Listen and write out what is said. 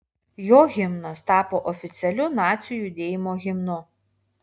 jo himnas tapo oficialiu nacių judėjimo himnu